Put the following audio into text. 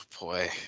boy